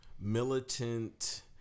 militant